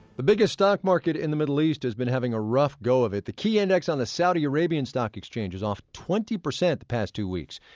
the biggest stock market in the middle east has been having a rough go of it. the key index on the saudi arabian stock exchange is off twenty percent the past two weeks.